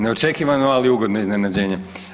Neočekivano ali ugodno iznenađenje.